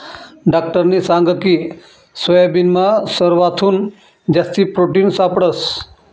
डाक्टरनी सांगकी सोयाबीनमा सरवाथून जास्ती प्रोटिन सापडंस